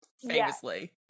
famously